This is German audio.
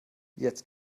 jetzt